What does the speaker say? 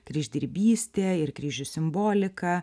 kryždirbystė ir kryžių simbolika